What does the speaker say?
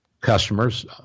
customers